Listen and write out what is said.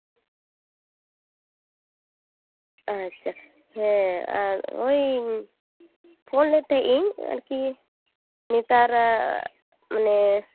ᱟᱪᱪᱷᱟ ᱦᱮᱸ ᱟᱨ ᱦᱚᱸᱜᱼᱚᱭ ᱯᱷᱳᱱ ᱞᱮᱫ ᱛᱟᱦᱮᱸᱫ ᱤᱧ ᱟᱨᱠᱤ ᱱᱮᱛᱟᱨᱟᱜ